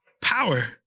Power